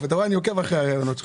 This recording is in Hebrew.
אני עוקב אחרי הראיונות שלך.